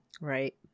Right